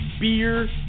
beer